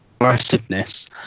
aggressiveness